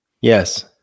Yes